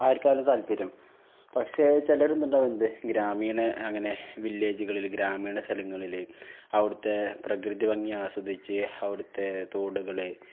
ആർക്കായാലും താൽപര്യം പക്ഷേ ചിലരെന്തുണ്ടാകും ഇതേ ഗ്രാമീണ അങ്ങനെ വില്ലേജുകളില് ഗ്രാമീണ സ്ഥലങ്ങളില് അവിടുത്തെ പ്രകൃതിഭംഗി ആസ്വദിച്ച് അവിടുത്തെ തോടുകള്